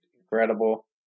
incredible